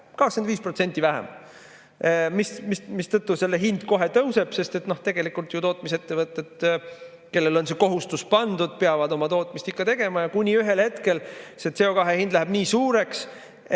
85% vähem–, mistõttu selle hind kohe tõuseb, sest tegelikult ju tootmisettevõtted, kellele on kohustus pandud, peavad oma tootmist ikka tegema. Kuni ühel hetkel see CO2hind läheb nii suureks,